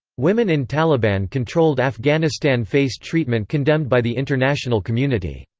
women in taliban-controlled afghanistan faced treatment condemned by the international community.